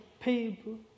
people